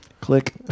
click